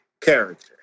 character